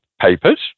papers